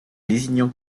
lézignan